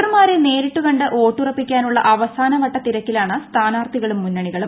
വോട്ടർമാരെ നേരിട്ടുകണ്ട് വോട്ടുറപ്പിക്കാനുള്ള അവസാന വട്ട തിരക്കിലാണ് സ്ഥാനാർത്ഥികളും മുന്നണികളും